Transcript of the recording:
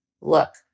look